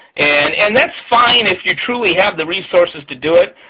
and and that's fine if you truly have the resources to do it,